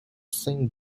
saint